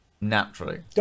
Naturally